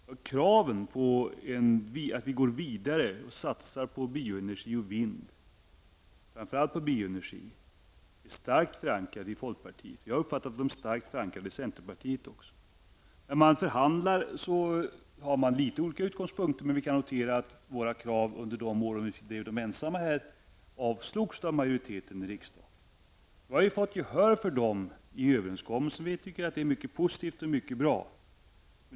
Kraven på att vi skall gå vidare och satsa på framför allt bioenergi och vindkraft är starkt förankrade i folkpartiet. Jag har uppfattat det så att de är starkt förankrade också i centerpartiet. När man förhandlar kan man ha litet olika utgångspunkter, men vi kan notera att de krav som vi under många år drev ensamma avslogs av majoriteten i riksdagen men att vi nu har fått gehör för dessa i överenskommelsen. Det tycker vi är mycket positivt och bra.